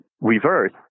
reverse